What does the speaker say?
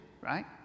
right